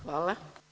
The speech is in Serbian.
Hvala.